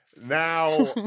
now